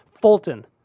Fulton